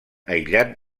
aïllat